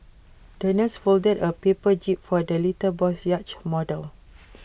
the nurse folded A paper jib for the little boy's yacht model